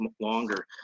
longer